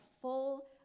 full